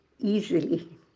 easily